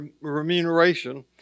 remuneration